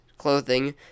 clothing